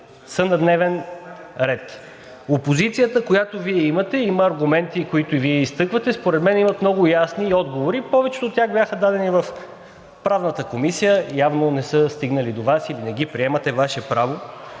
са на дневен ред. Опозицията, която Вие имате, има аргументи, които Вие изтъквате, според мен имат и много ясни отговори. Повечето от тях бяха дадени в Правната комисия. Явно не са стигнали до Вас или не ги приемате, Ваше право,